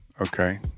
okay